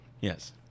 Yes